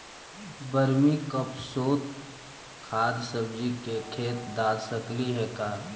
Vermi compost खाद सब्जी के खेत दाल सकली हे का?